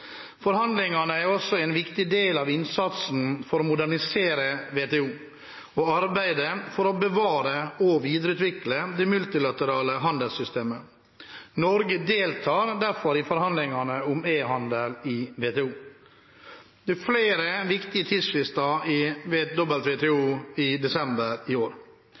Forhandlingene er også en viktig del av innsatsen for å modernisere WTO og arbeidet for å bevare og videreutvikle det multilaterale handelssystemet. Norge deltar derfor i forhandlingene om e-handel i WTO. Det er flere viktige tidsfrister i WTO i desember i år.